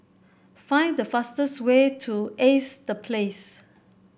find the fastest way to Ace The Place